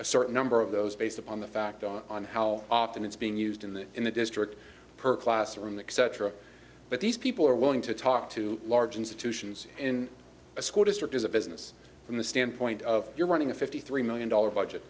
a certain number of those based upon the fact on how often it's being used in the in the district per classroom the etc but these people are willing to talk to large institutions in a school district as a business from the standpoint of you're running a fifty three million dollars budget